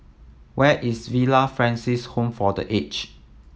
where is Villa Francis Home for The Age